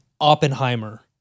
Oppenheimer